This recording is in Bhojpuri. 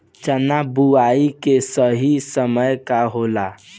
चना बुआई के सही समय का होला?